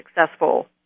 successful